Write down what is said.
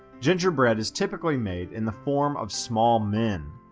gingerbread is typically made in the form of small men.